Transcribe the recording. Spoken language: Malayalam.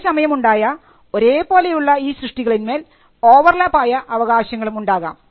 ഒരേ സമയം ഉണ്ടായ ഒരേപോലെയുള്ള ഈ സൃഷ്ടികളിന്മേൽ ഓവർ ലാപ്പായ അവകാശങ്ങളും ഉണ്ടാകാം